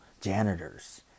janitors